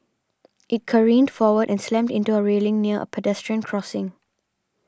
it careened forward and slammed into a railing near a pedestrian crossing